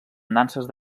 nanses